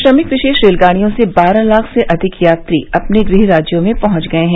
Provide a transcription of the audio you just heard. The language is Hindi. श्रमिक विशेष रेलगाड़ियों से बारह लाख से अधिक यात्री अपने गृह राज्यों में पहुंच गए हैं